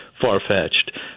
far-fetched